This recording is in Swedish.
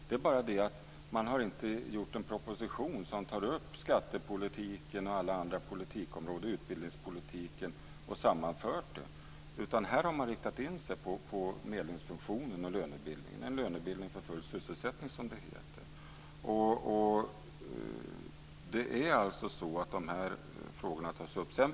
Det är bara det att man inte har gjort en proposition som tar upp skattepolitiken och alla andra politikområden - det gäller också utbildningspolitiken - och gjort en sammanföring. Här har man i stället riktat in sig på medlingsfunktionen och lönebildningen - en lönebildning för full sysselsättning, som det heter. De frågorna tas alltså upp.